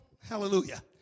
hallelujah